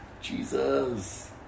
Jesus